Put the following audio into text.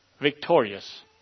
victorious